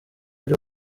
byo